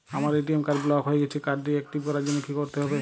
আমার ATM card block হয়ে গেছে কার্ড টি একটিভ করার জন্যে কি করতে হবে?